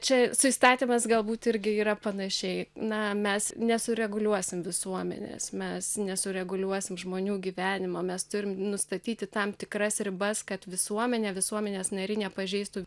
čia su įstatymas galbūt irgi yra panašiai na mes nesureguliuosim visuomenės mes nesureguliuosim žmonių gyvenimo mes turim nustatyti tam tikras ribas kad visuomenė visuomenės nariai nepažeistų